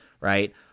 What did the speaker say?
right